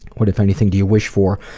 what if anything do you wish for.